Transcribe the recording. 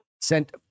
Sent